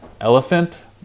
Elephant